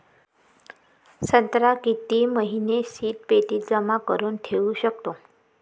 संत्रा किती महिने शीतपेटीत जमा करुन ठेऊ शकतो?